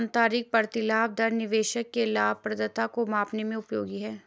आंतरिक प्रतिलाभ दर निवेशक के लाभप्रदता को मापने में उपयोगी है